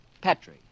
Petri